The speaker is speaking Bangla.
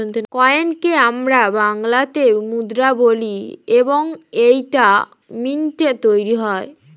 কয়েনকে আমরা বাংলাতে মুদ্রা বলি এবং এইটা মিন্টে তৈরী হয়